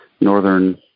northern